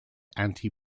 anti